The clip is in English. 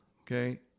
okay